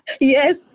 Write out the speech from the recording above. Yes